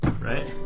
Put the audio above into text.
Right